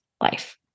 life